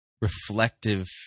Reflective